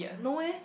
no eh